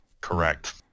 Correct